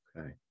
Okay